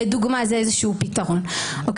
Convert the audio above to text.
זה פתרון לדוגמה.